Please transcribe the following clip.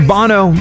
Bono